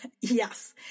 Yes